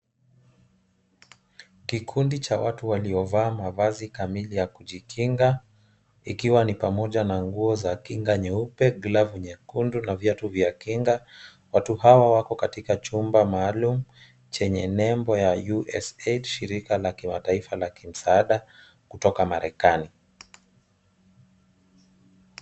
Kikundi cha watu waliovaa mavazi kamili ya kujikinga ikiwa ni pamoja na nguo za kinga nyeupe, glavu nyekundu na viatu vya kinga. Watu hawa wako katika chumba maalum chenye nembo ya USH shirika la kimataifa la kimsaada kutoka Marekani.